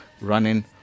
running